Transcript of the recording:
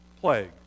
plague